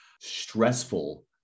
stressful